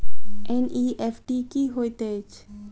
NEFT की होइत अछि?